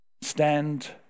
Stand